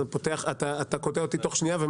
אתה קוטע אותי תוך שנייה.